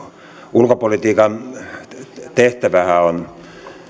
ulkopolitiikan tehtävähän on